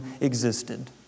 existed